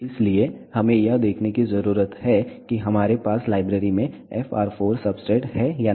इसलिए हमें यह देखने की जरूरत है कि हमारे पास लाइब्रेरी में FR 4 सब्सट्रेट है या नहीं